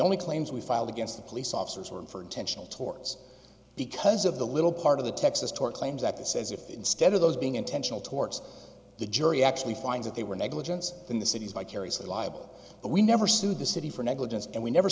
only claims we filed against the police officers were in for intentional towards because of the little part of the texas tort claims act that says if instead of those being intentional torts the jury actually finds that they were negligence in the city's vicariously liable but we never sue the city for negligence and we never